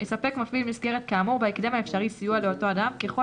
יספק מפעיל מסגרת כאמור בהקדם האפשרי סיוע לאותו אדם ככל